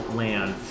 land